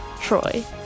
Troy